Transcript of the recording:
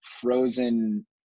frozen